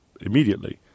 immediately